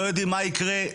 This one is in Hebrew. לא יודעים מה יקרה,